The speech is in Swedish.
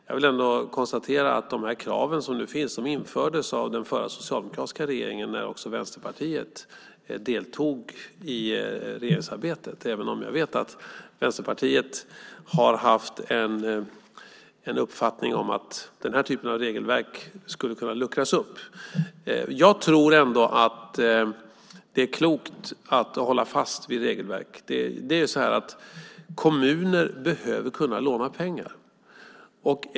Jag konstaterar att de krav som nu finns infördes av den förra, socialdemokratiska regeringen när också Vänsterpartiet deltog i regeringsarbetet, även om jag vet att Vänsterpartiet har haft den uppfattningen att den här typen av regelverk skulle kunna luckras upp. Jag tror att det är klokt att hålla fast vid regelverk. Kommuner behöver kunna låna pengar.